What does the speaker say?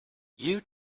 you